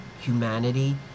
humanity